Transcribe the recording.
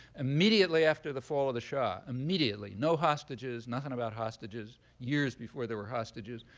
immediately after the fall of the shah immediately. no hostages, nothing about hostages. years before there were hostages.